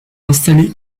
installé